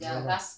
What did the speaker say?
ya